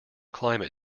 climate